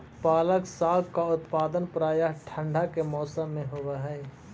पालक साग का उत्पादन प्रायः ठंड के मौसम में होव हई